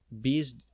Bees